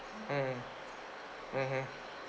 mm mmhmm